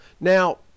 Now